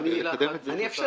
רוצה